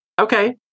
Okay